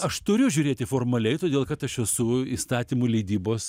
aš turiu žiūrėti formaliai todėl kad aš esu įstatymų leidybos